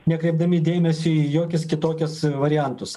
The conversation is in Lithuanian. nekreipdami dėmesio į jokias kitokias variantus